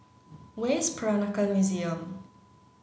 where is Peranakan Museum